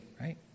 right